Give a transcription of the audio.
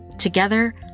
Together